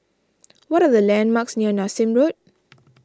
what are the landmarks near Nassim Road